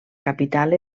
capital